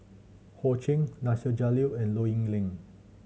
Ho Ching Nasir Jalil and Low Yen Ling